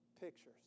pictures